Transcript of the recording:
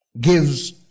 gives